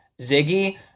Ziggy